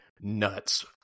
nuts